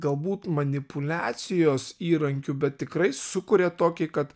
galbūt manipuliacijos įrankiu bet tikrai sukuria tokį kad